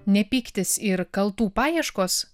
ne pyktis ir kaltų paieškos